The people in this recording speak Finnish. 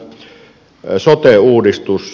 sitten tämä sote uudistus